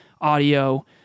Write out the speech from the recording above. audio